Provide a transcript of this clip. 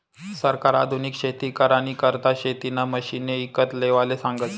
सरकार आधुनिक शेती करानी करता शेतीना मशिने ईकत लेवाले सांगस